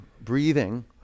breathing